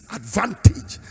advantage